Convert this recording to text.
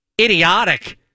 idiotic